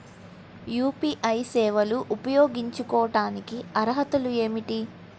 UPI సేవలు ఉపయోగించుకోటానికి అర్హతలు ఏమిటీ?